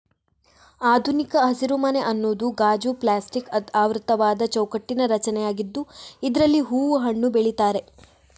ಆಧುನಿಕ ಹಸಿರುಮನೆ ಅನ್ನುದು ಗಾಜು, ಪ್ಲಾಸ್ಟಿಕ್ ಆವೃತವಾದ ಚೌಕಟ್ಟಿನ ರಚನೆಯಾಗಿದ್ದು ಇದ್ರಲ್ಲಿ ಹೂವು, ಹಣ್ಣು ಬೆಳೀತಾರೆ